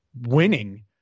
winning –